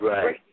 Right